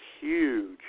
huge